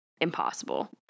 impossible